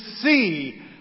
see